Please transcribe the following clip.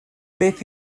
beth